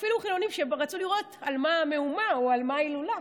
אפילו חילונים שרצו לראות על מה המהומה או על מה ההילולה.